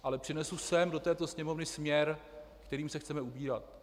Ale přinesu sem do této Sněmovny směr, kterým se chceme ubírat.